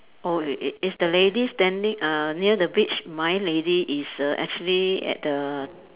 oh it it is the lady standing uh near the beach my lady is err actually at the